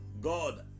god